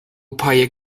پای